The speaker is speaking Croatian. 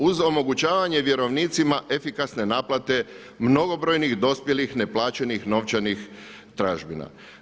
Uz omogućavanje vjerovnicima efikasne naplate mnogobrojnih dospjelih neplaćenih novčanih tražbina.